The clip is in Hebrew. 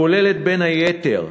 הכוללת, בין היתר,